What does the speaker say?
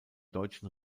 deutschen